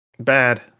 Bad